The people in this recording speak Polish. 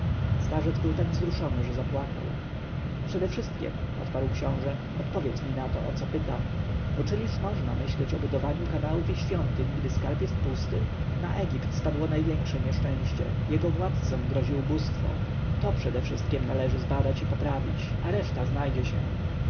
starzec był tak wzruszony że zapłakał przedewszystkiem odparł książę odpowiedz mi na to o co pytam bo czyliż można myśleć o budowaniu kanałów i świątyń gdy skarb jest pusty na egipt spadło największe nieszczęście jego władcom grozi ubóstwo to przedewszystkiem należy zbadać i poprawić a reszta znajdzie się